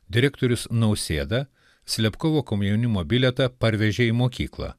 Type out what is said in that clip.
direktorius nausėda slepkovo komjaunimo bilietą parvežė į mokyklą